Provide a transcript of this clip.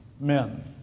men